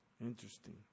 Interesting